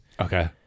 okay